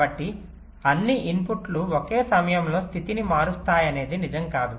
కాబట్టి అన్ని ఇన్పుట్లు ఒకే సమయంలో స్థితిని మారుస్తాయనేది నిజం కాదు